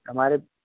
તમારે